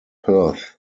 perth